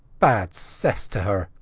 bad cess to her!